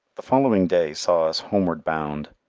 the following day saw us homeward bound,